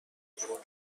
خورد